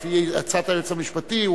לפי הצעת היועץ המשפטי,